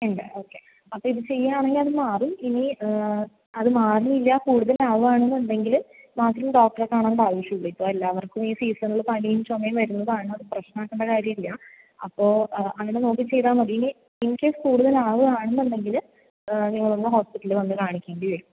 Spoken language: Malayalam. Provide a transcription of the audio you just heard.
ഇല്ല ഓക്കേ അപ്പം ഇത് ചെയ്യുകയാണെങ്കിൽ അത് മാറും ഇനി അത് മാറിയില്ല കൂടുതലാവുക ആണെന്ന് ഉണ്ടെങ്കിൽ മാത്രം ഡോക്ടറെ കാണേണ്ട ആവശ്യമുള്ളു ഇപ്പോൾ എല്ലാവർക്കും ഈ സീസണിൽ പനിയും ചുമയും വരുന്നതാണ് അത് പ്രശ്നമാക്കേണ്ട കാര്യമില്ല അപ്പോൾ അങ്ങനെ നോക്കി ചെയ്താൽമതി ഇനി ഇൻകേസ് കൂടുതൽ ആവുകയാണെന്ന് ഉണ്ടെങ്കിൽ നിങ്ങൾ ഒന്ന് ഹോസ്പിറ്റലി വന്ന് കാണിക്കേണ്ടി വരും